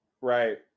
Right